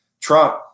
Trump